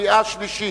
קריאה שלישית.